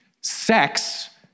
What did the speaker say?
sex